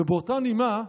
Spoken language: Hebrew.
ובאותה נימה,